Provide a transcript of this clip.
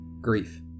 Grief